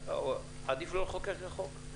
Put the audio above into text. עדיף לא לחוקק את החוק.